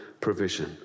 provision